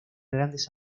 grandes